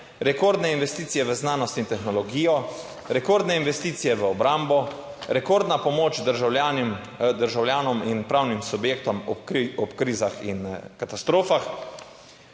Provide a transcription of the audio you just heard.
rekordne investicije v znanost in tehnologijo, rekordne investicije v obrambo, rekordna pomoč državljanom, državljanom in pravnim subjektom ob krizah in katastrofah.